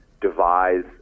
devise